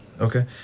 Okay